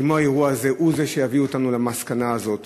כמו האירוע הזה, שהוא שיביא אותנו למסקנה הזאת.